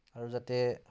আৰু যাতে